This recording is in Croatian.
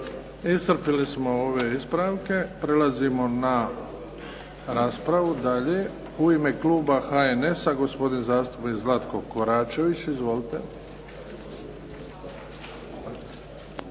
Iscrpili smo ove ispravke. Prelazimo na raspravu dalje. U ime kluba HNS-a gospodin zastupnik Zlatko Koračević. Izvolite.